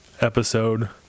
episode